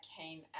came